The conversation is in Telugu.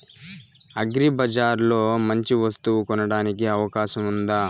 అగ్రిబజార్ లో మంచి వస్తువు కొనడానికి అవకాశం వుందా?